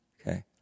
Okay